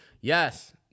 Yes